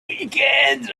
weekends